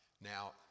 now